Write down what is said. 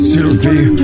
Sylvie